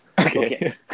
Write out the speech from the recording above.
Okay